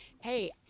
hey